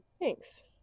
Thanks